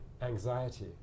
Anxiety